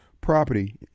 property